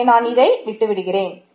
எனவே நான் இதை விட்டு விடுகிறேன்